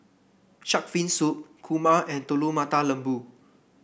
shark fin soup kurma and Telur Mata Lembu